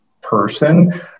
person